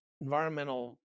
environmental